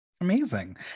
Amazing